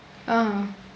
ah